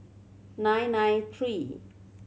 nine nine three